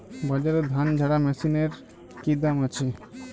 বাজারে ধান ঝারা মেশিনের কি দাম আছে?